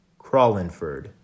Crawlinford